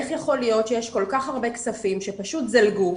איך יכול להיות שכל כך הרבה כספים שפשוט זלגו,